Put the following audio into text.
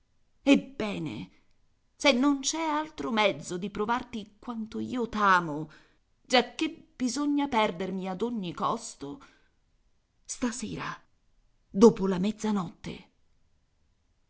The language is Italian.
ebbene se non c'è altro mezzo di provarti quanto io t'amo giacché bisogna perdermi ad ogni costo stasera dopo la mezzanotte